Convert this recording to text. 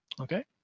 Okay